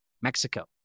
Mexico